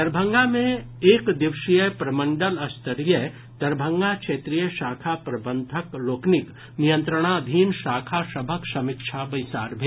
दरभंगा मे एक दिवसीय प्रमंडल स्तरीय दरभंगा क्षेत्रीय शाखा प्रबंधक लोकनिक नियंत्रणाधीन शाखा सभक समीक्षा बैसार भेल